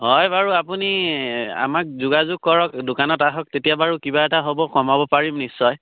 হয় বাৰু আপুনি আমাক যোগাযোগ কৰক দোকানত আহক তেতিয়া বাৰু কিবা এটা হ'ব কমাব পাৰিম নিশ্চয়